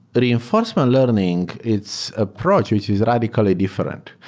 reinforcement learning, its approach, which is radically different.